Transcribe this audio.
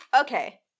Okay